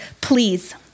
please